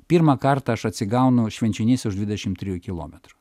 pirmą kartą aš atsigaunu švenčionyse už dvidešimt trijų kilometrų